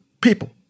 people